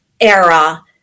era